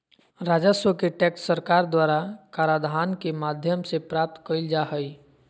राजस्व के टैक्स सरकार द्वारा कराधान के माध्यम से प्राप्त कइल जा हइ